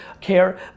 care